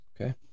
Okay